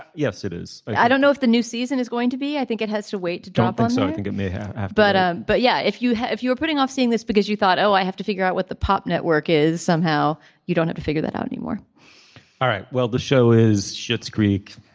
yes it is i don't know if the new season is going to be i think it has to wait to drop us so i think it may have but. but yeah if you if you're putting off seeing this because you thought oh i have to figure out what the pop network is somehow you don't have to figure that out anymore all right. well the show is shit's creek